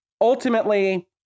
ultimately